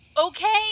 okay